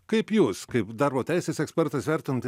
kaip jūs kaip darbo teisės ekspertas vertinate